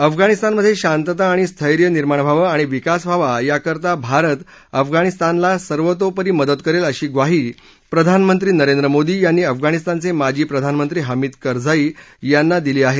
अफगाणिस्तानमधे शांतता आणि स्थानिर्माण व्हावं आणि विकास व्हावा या करिता भारत अफगाणिस्तानला सर्वतोपरी मदत करेल अशी म्वाही प्रधानमंत्री नरेंद्र मोदी यांनी अफगाणिस्तानचे माजी प्रधानमंत्री हमिद करझाई यांना दिली आहे